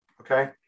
Okay